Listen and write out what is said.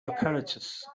apparatus